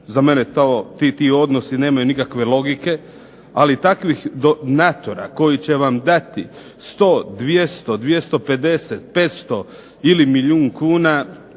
Za mene ti odnosi nemaju nikakve logike, ali takvih donatora koji će vam dati 100, 200, 250, 500 ili milijun kuna